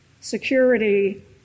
security